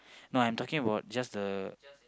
no I'm talking about just the